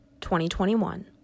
2021